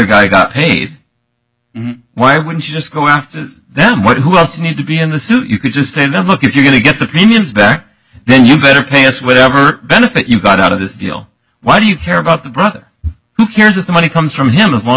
guy got paid why wouldn't you just go after them what who else need to be in the suit you can just say no look if you're going to get the premiums back then you better pay us whatever benefit you got out of this deal why do you care about the brother who cares if the money comes from him as long